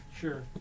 Sure